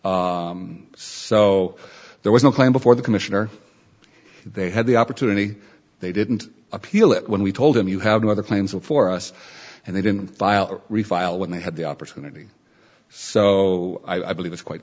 so there was no claim before the commissioner they had the opportunity they didn't appeal it when we told him you have no other plans before us and they didn't file refile when they had the opportunity so i believe it's quite